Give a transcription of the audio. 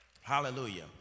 Hallelujah